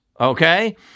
okay